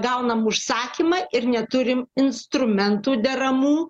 gaunam užsakymą ir neturim instrumentų deramų